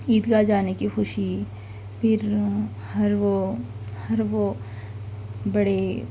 عید گاہ جانے کی خوشی پھر ہر وہ ہر وہ بڑے